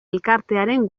elkartearen